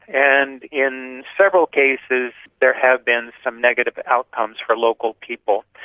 and in several cases there have been some negative but outcomes for local people.